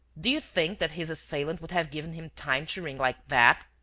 do you think that his assailant would have given him time to ring like that?